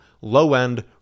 low-end